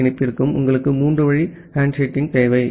B இணைப்பிற்கும் உங்களுக்கு மூன்று வழி ஹேண்ட்ஷேக்கிங் தேவை